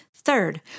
Third